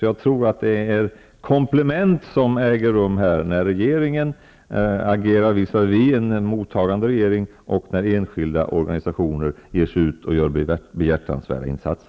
Jag tror alltså att det blir kom pletterande insatser när en regering agerar visavi en mottagande regering och när enskilda organisationer ger sig ut och gör annat behjärtansvärt ar bete.